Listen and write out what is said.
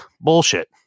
bullshit